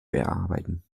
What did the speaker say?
erarbeiten